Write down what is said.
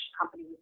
company